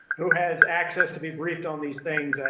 who has access to be briefed on these things,